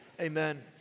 Amen